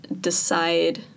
decide